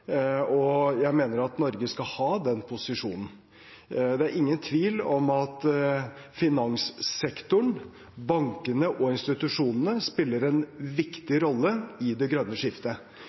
og jeg mener at Norge skal ha den posisjonen. Det er ingen tvil om at finanssektoren, bankene og institusjonene spiller en viktig rolle i det grønne skiftet.